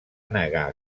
negar